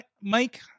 Mike